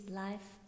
life